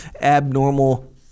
abnormal